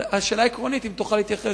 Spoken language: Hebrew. אבל השאלה העקרונית, אם תוכל להתייחס,